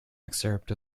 excerpt